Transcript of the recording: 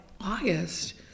August